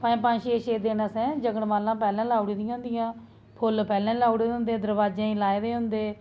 पंज पंज छेह् छेह् दिन अ'सें जगनमाला पैह्ले लाई ओड़ी दियां होंदियां फु'ल्ल पैह्लें लाई ओड़े दे होंदे दरोआजें'ई लाए दे होंदे